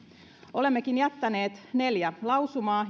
olemmekin jättäneet neljä lausumaa